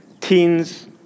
teens